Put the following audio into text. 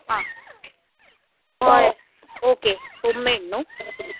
आं हय okay homemade न्हू